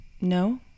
No